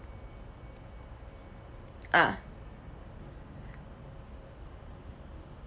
ah